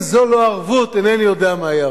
אם זו לא ערבות, אינני יודע מהי ערבות.